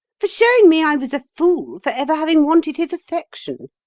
for showing me i was a fool for ever having wanted his affection,